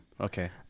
Okay